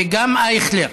וגם אייכלר.